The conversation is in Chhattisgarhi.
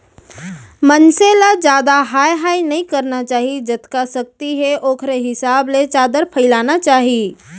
मनसे ल जादा हाय हाय नइ करना चाही जतका सक्ति हे ओखरे हिसाब ले चादर फइलाना चाही